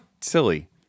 silly